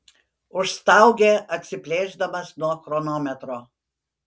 užstaugė atsiplėšdamas nuo chronometro